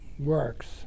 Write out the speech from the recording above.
works